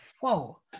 whoa